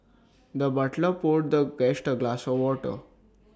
the butler poured the guest A glass of water